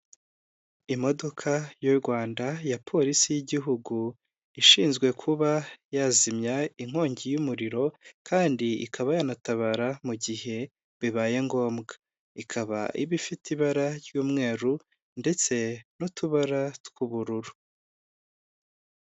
Imodoka y'u Rwanda ya polisi y'igihugu ishinzwe kuba yazimya inkongi y'umuriro kandi ikaba yanatabara mu gihe bibaye ngombwa ikaba iba ifite ibara ry'umweru ndetse n'utubara tw'ubururu.